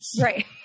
Right